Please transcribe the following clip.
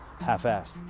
half-assed